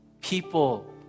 people